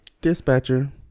Dispatcher